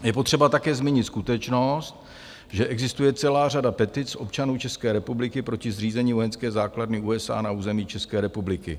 Je potřeba také zmínit skutečnost, že existuje celá řada petic občanů České republiky proti zřízení vojenské základny USA na území České republiky.